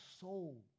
soul